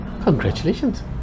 congratulations